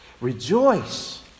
Rejoice